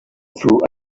true